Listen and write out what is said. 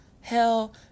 hell